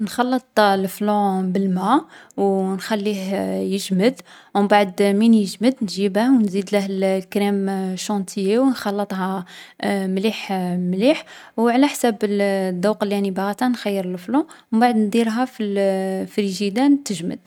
نخلّط الـ الفلان بالما و ونخليه يجمد. و مبعد من يجمد، نجيبه و نزيدله الكريم شونتييي و نخلّطها مليح مليح. و على حساب الـ الدوق لي راني باغاته نخيّر الفلان و مبعد نديرها في الـ الفريجيدان تجمد.